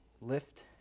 lift